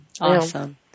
Awesome